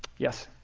yes